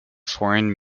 foreign